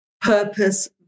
purpose